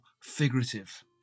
figurative